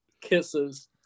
kisses